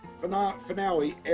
finale